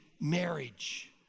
marriage